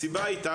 הסיבה הייתה,